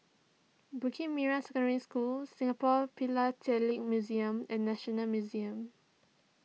Bukit Merah Secondary School Singapore Philatelic Museum and National Museum